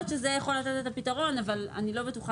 היכולת להתמודד במצבי חירום זה לא משהו שיש אותו לכל אזרח מן השורה,